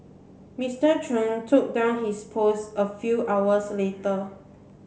Mister Chung took down his post a few hours later